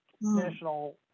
National